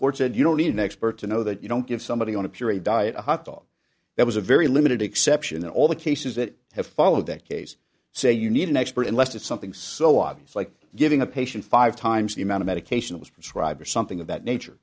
courts said you don't need an expert to know that you don't give somebody on a purely diet a hot dog that was a very limited exception all the cases that have followed that case say you need an expert unless it's something so obvious like giving a patient five times the amount of medication it was prescribed or something of that nature